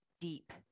deep